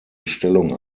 stellung